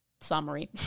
summary